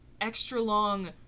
extra-long